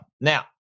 Now